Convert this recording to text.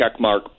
checkmark